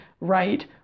right